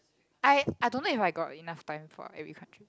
I I don't know if I got enough time for every country